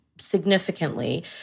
significantly